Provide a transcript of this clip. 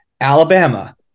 Alabama